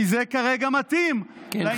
כי זה כרגע מתאים לאינטרסים של ביבי.